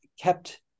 kept